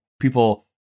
people